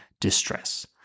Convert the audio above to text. distress